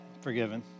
forgiven